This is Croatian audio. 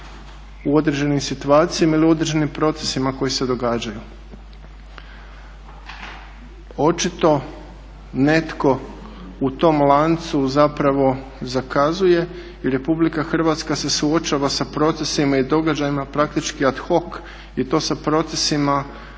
u određenim situacijama ili u određenim procesima koji se događaju. Očito netko u tom lancu zapravo zakazuje i RH se suočava sa procesima i događajima praktički ad hoc je to sa procesima